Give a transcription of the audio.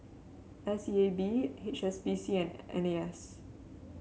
S E A B H S B C and N A S